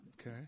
Okay